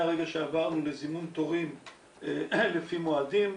מהרגע שעברנו לזימון תורים לפי מועדים,